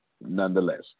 nonetheless